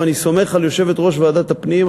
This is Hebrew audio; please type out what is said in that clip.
ואני סומך על יושבת-ראש ועדת הפנים,